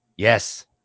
Yes